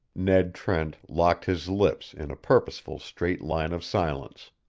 ned trent locked his lips in a purposeful straight line of silence.